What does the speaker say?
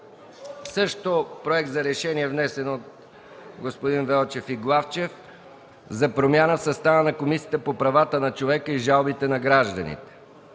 Следва проект за решение, също внесен от господин Велчев и господин Главчев, за промяна в състава на Комисията по правата на човека и жалбите на гражданите: